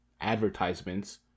advertisements